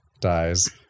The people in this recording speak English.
dies